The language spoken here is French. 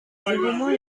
déroulement